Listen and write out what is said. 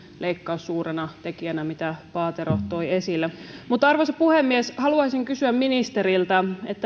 leikkaus suurena tekijänä minkä paatero toi esille arvoisa puhemies haluaisin kysyä ministeriltä